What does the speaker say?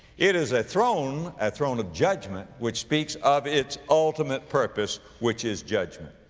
it is a throne, a throne of judgment which speaks of its ultimate purpose which is judgment.